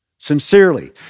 Sincerely